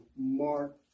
Mark